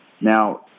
Now